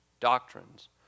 doctrines